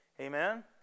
Amen